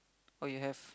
okay have